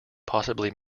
possibly